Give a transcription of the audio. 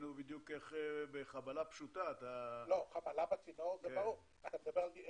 איך בחבלה פשוטה- - אתה מדבר על